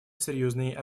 серьезной